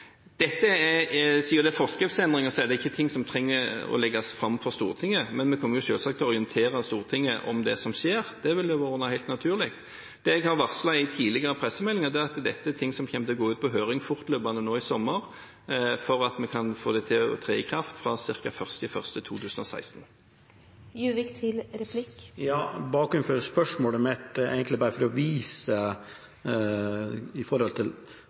dette er forskriftsendringer, er det ikke ting som en trenger å legge fram for Stortinget, men vi kommer jo selvsagt til å orientere Stortinget om det som skjer. Det vil være helt naturlig. Det jeg har varslet i tidligere pressemeldinger, er at dette er ting som kommer til å gå ut på høring fortløpende nå i sommer, for at vi skal kunne få til at det trer i kraft fra ca. 1. januar 2016. Bakgrunnen for spørsmålet mitt er egentlig bare at jeg ville vise noe, med hensyn til